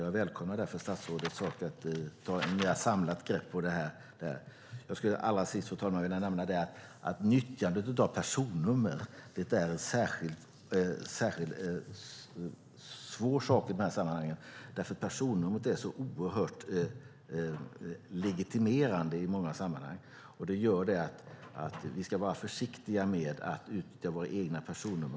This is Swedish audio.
Jag välkomnar därför statsrådets svar att ta ett mer samlat grepp på detta. Allra sist, fru talman, skulle jag vilja nämna att nyttjandet av personnummer är en särskild svår fråga i dessa sammanhang. Personnumret är så oerhört legitimerande i många sammanhang. Det gör att vi ska vara försiktiga med att utnyttja våra egna personnummer.